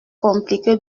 compliqué